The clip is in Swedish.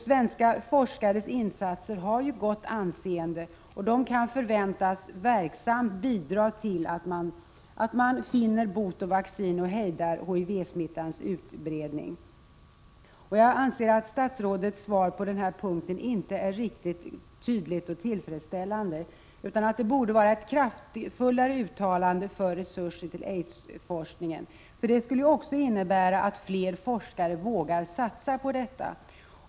Svenska forskares insatser har ju gott anseende och kan förväntas verksamt bidra till att finna bot och vaccin och hejda HIV-smittans spridning. Jag anser att statsrådets svar på den här punkten inte är riktigt tydligt och tillfredsställande utan att det borde vara ett kraftfullare uttalande för resurser till aidsforskning. Det skulle också innebära att fler forskare vågar satsa på detta.